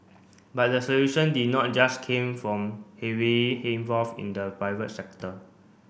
but the solution did not a just came from heavily involved in the private sector